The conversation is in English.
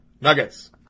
nuggets